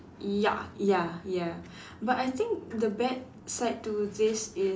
ya ya ya but I think the bad side to this is